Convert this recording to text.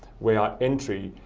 we are entry,